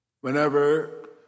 Whenever